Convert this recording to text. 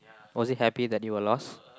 was it happy that you were lost